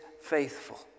faithful